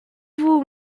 vous